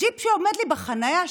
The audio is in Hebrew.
הג'יפ שעומד לי בחניה.